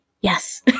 Yes